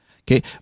Okay